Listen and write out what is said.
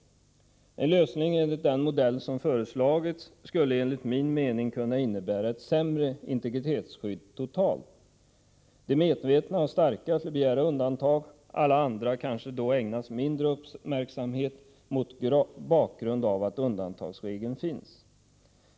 En lösning enligt den modell som föreslagits av moderaterna skulle enligt min mening kunna innebära ett sämre integritetsskydd totalt. De medvetna och starka skulle begära dataundantag, och alla andra ägnades då kanske mindre uppmärksamhet, mot bakgrund av att undantagsregeln finns.